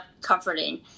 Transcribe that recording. comforting